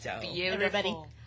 Beautiful